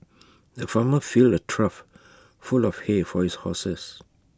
the farmer filled A trough full of hay for his horses